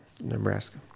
Nebraska